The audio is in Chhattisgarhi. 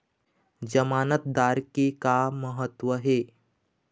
जमानतदार के का महत्व हे?